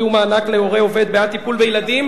ומענק להורה עובד בעד טיפול בילדים)